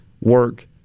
work